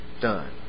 done